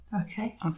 Okay